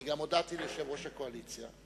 וגם הודעתי ליושב-ראש הקואליציה,